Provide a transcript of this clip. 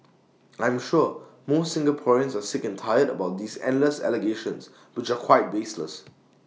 I am sure most Singaporeans are sick and tired about these endless allegations which are quite baseless